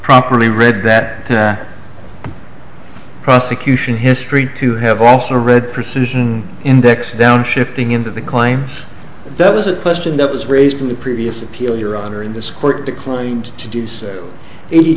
properly read that prosecution history to have also read precision index downshifting into the crime that was a question that was raised in the previous appeal your honor in this court declined to do so